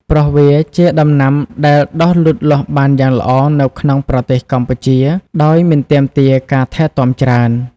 ព្រោះវាជាដំណាំដែលដុះលូតលាស់បានយ៉ាងល្អនៅក្នុងប្រទេសកម្ពុជាដោយមិនទាមទារការថែទាំច្រើន។